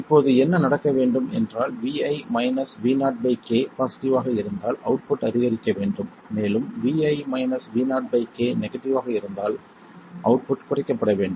இப்போது என்ன நடக்க வேண்டும் என்றால் Vi Vo k பாசிட்டிவ் ஆக இருந்தால் அவுட்புட் அதிகரிக்க வேண்டும் மேலும் Vi Vo k நெகடிவ் ஆக இருந்தால் அவுட்புட் குறைக்கப்பட வேண்டும்